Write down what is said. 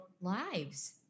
lives